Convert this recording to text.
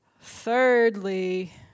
Thirdly